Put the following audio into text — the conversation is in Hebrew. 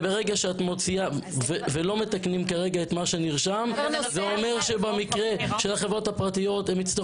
לא מתקנים כרגע את מה שנרשם זה אומר שבמקרה של החברות הפרטיות,